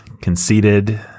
conceited